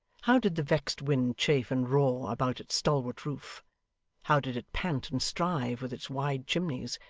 how did the vexed wind chafe and roar about its stalwart roof how did it pant and strive with its wide chimneys,